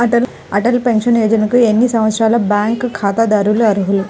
Atal pension యోజనకు ఎన్ని సంవత్సరాల బ్యాంక్ ఖాతాదారులు అర్హులు?